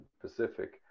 Pacific